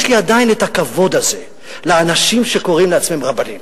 יש לי עדיין הכבוד הזה לאנשים שקוראים לעצמם "רבנים",